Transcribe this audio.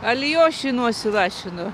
alijošį į nosį lašinu